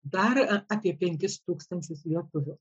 dar apie penkis tūkstančius lietuvių